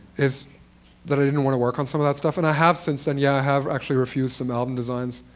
is that i didn't want to work on some of that stuff. and i have since then, yeah, i have actually refused some album designs